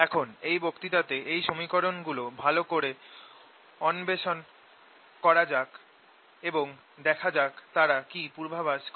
এখন এই বক্তৃতাতে এই সমীকরণ গুলো ভালো করে অন্বেষণ করা যাক এবং দেখা যাক তারা কি পূর্বাভাস করে